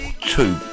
two